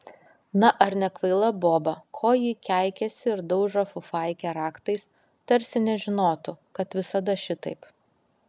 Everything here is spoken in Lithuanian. na ar nekvaila boba ko ji keikiasi ir daužo fufaikę raktais tarsi nežinotų kad visada šitaip